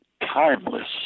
timeless